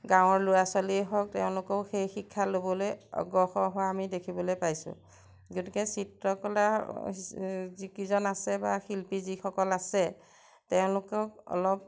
গাঁৱৰ ল'ৰা ছোৱালীয়ে হওক তেওঁলোকেও সেই শিক্ষা ল'বলৈ অগ্ৰসৰ হোৱা আমি দেখিবলৈ পাইছোঁ গতিকে চিত্ৰকলাৰ যিকেইজন আছে বা শিল্পী যিসকল আছে তেওঁলোকেও অলপ